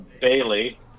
Bailey